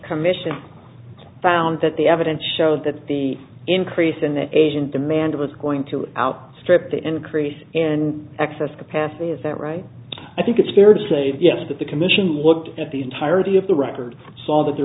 commission found that the evidence showed that the increase in that asian demand of us going to outstrip the increase in excess capacity is that right i think it's fair to say yes but the commission looked at the entirety of the record saw that there